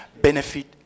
benefit